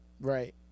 Right